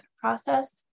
process